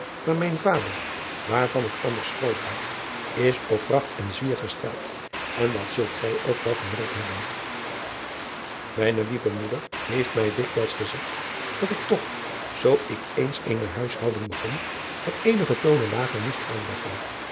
maar mijn vader waarvan ik anders groot houd is op pracht en zwier gesteld in dat zult gij ook wel gemerkt hebben ijne lieve moeder heeft mij dikwijls gezegd dat ik toch zoo ik eens eene huishouding begon het eenige toonen lager moest aanleggen